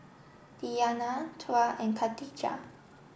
Diyana Tuah and Katijah